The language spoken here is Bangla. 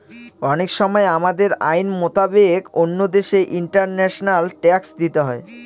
অনেক সময় আমাদের আইন মোতাবেক অন্য দেশে ইন্টারন্যাশনাল ট্যাক্স দিতে হয়